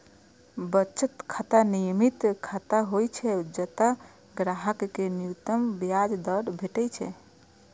बचत खाता नियमित खाता होइ छै, जतय ग्राहक कें न्यूनतम ब्याज दर भेटै छै